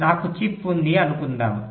నాకు చిప్ ఉంది అనుకుందాము